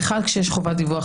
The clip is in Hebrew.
כשיש חובת דיווח,